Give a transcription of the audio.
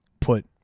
put